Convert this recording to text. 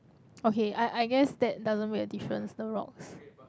okay I I guess that doesn't make a difference the rocks